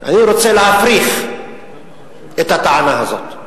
אני רוצה להפריך את הטענה הזאת.